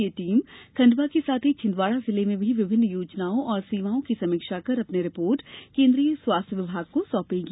यह टीम खंडवा के साथ ही छिंदवाड़ा जिले में भी विभिन्न योजनाओं और सेवाओं की समीक्षा कर अपनी रिपोर्ट केन्द्रीय स्वास्थ्य विभाग को सौंपेगी